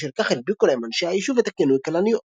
ובשל כך הדביקו להם אנשי היישוב את הכינוי "כלניות".